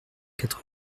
quatre